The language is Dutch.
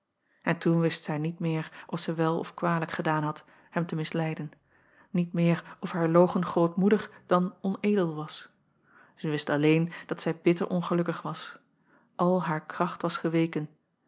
n toen wist zij niet meer of zij wel of kwalijk gedaan had hem te misleiden niet meer of haar logen grootmoedig dan onedel was zij wist alleen dat zij bitter ongelukkig was al haar kracht was geweken